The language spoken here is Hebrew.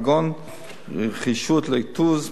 כגון רגישות ללקטוז.